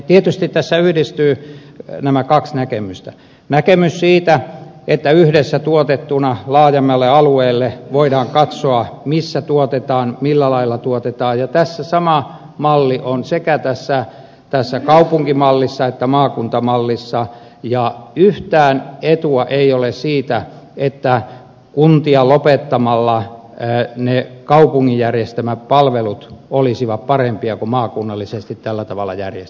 tietysti tässä yhdistyvät nämä kaksi näkemystä näkemys siitä että yhdessä tuotettuna laajemmalle alueelle voidaan katsoa missä tuotetaan millä lailla tuotetaan ja tässä sama malli on sekä tässä kaupunkimallissa että maakuntamallissa ja yhtään etua ei ole siitä että kuntia lopettamalla ne kaupungin järjestämät palvelut olisivat parempia kuin maakunnallisesti tällä tavalla järjestetyt